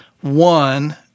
one